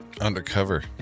Undercover